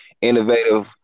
innovative